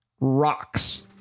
rocks